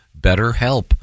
BetterHelp